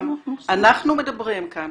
אנחנו מדברים כאן